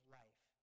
life